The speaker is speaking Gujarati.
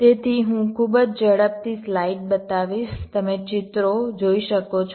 તેથી હું ખૂબ જ ઝડપથી સ્લાઇડ બતાવીશ તમે ચિત્રો જોઈ શકો છો